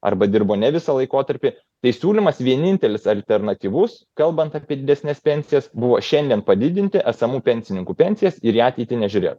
arba dirbo ne visą laikotarpį tai siūlymas vienintelis alternatyvus kalbant apie didesnes pensijas buvo šiandien padidinti esamų pensininkų pensijas ir į ateitį nežiūrėt